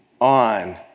on